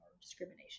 discrimination